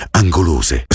angolose